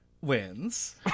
Wins